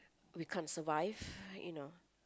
we can't survive you know